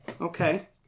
okay